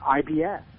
IBS